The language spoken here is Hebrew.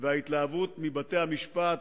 וההתלהבות מבתי-המשפט,